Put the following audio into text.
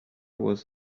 was